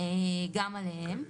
גם עליהם.